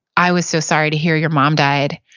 i was so sorry to hear your mom died.